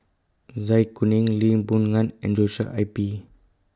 Zai Kuning Lee Boon Ngan and Joshua I P